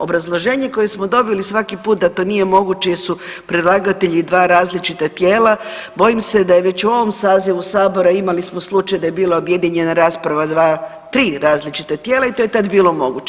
Obrazloženje koje smo dobili svaki put da to nije moguće jer su predlagatelji dva različita tijela bojim se da je već i u ovom sazivu sabora imali smo slučaj da je bila objedinjena rasprava dva, tri različita tijela i to je tad bilo moguće.